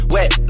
Wet